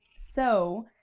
so,